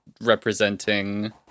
representing